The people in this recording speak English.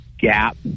gap